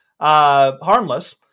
Harmless